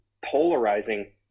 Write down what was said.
polarizing